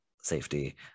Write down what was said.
safety